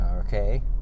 okay